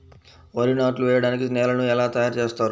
వరి నాట్లు వేయటానికి నేలను ఎలా తయారు చేస్తారు?